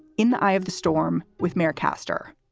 in the eye of the storm with mayor caster.